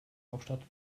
hauptstadt